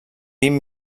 vint